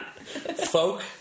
Folk